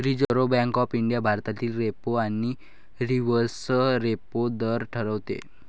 reserve bank of India भारतातील repo आणि reverse repo दर ठरवते